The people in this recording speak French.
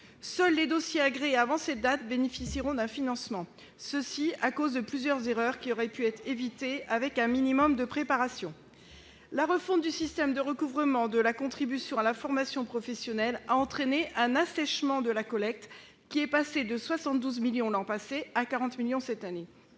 Seuls les dossiers agréés avant cette date bénéficieront d'un financement. Cela, à cause de plusieurs erreurs qui auraient pu être évitées avec un minimum de préparation ! La refonte du système de recouvrement de la contribution à la formation professionnelle a entraîné un assèchement de la collecte, qui est passé de 72 millions d'euros l'an passé à 40 millions d'euros cette année.